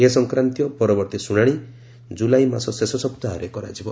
ଏ ସଂକ୍ରାନ୍ତୀୟ ପରବର୍ତ୍ତୀ ଶୁଣାଣି ଜୁଲାଇ ମାସ ଶେଷ ସପ୍ତାହରେ କରାଯିବ